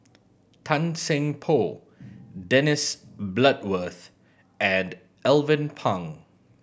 Tan Seng Poh Dennis Bloodworth and Alvin Pang